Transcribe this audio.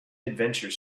adventure